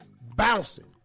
Bouncing